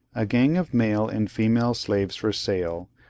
a gang of male and female slaves for sale,